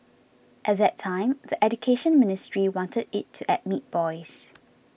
at that time the Education Ministry wanted it to admit boys